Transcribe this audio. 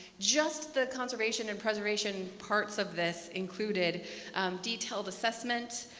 just the conservation and preservation parts of this included detailed assessment,